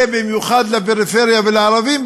ובמיוחד לפריפריה ולערבים,